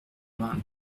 vingt